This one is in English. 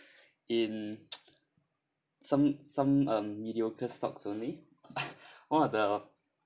in some some um mediocre stocks only one of the